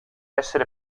essere